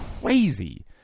crazy